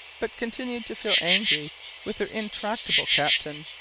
but continued to feel angry with her intractable captain.